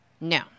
No